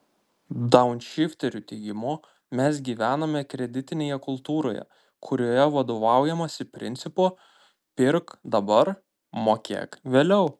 daunšifterių teigimu mes gyvename kreditinėje kultūroje kurioje vadovaujamasi principu pirk dabar mokėk vėliau